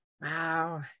Wow